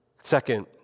Second